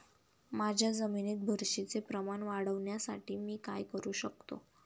माझ्या जमिनीत बुरशीचे प्रमाण वाढवण्यासाठी मी काय करू शकतो?